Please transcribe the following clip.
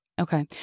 Okay